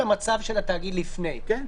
"למצב של התאגיד לפני כן".